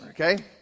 okay